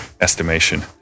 estimation